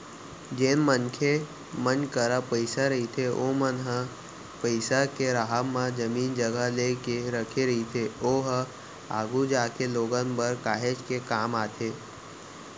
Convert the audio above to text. जेन मनखे मन करा पइसा रहिथे ओमन ह पइसा के राहब म जमीन जघा लेके रखे रहिथे ओहा आघु जागे लोगन बर काहेच के काम आथे